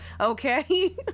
okay